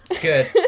Good